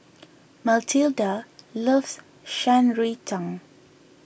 Matilda loves Shan Rui Tang